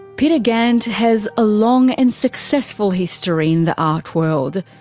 peter gant has a long and successful history in the art world.